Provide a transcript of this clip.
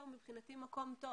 תיקחי עוד.